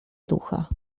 ducha